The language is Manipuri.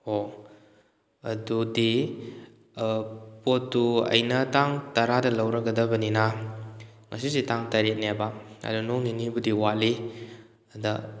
ꯑꯣ ꯑꯗꯨꯗꯤ ꯄꯣꯠꯇꯨ ꯑꯩꯅ ꯇꯥꯡ ꯇꯔꯥꯗ ꯂꯧꯔꯒꯗꯕꯅꯤꯅ ꯉꯁꯤꯁꯤ ꯇꯥꯡ ꯇꯔꯦꯠꯅꯦꯕ ꯑꯗꯣ ꯅꯣꯡ ꯅꯤꯅꯤꯕꯨꯗꯤ ꯋꯥꯠꯂꯤ ꯑꯗꯣ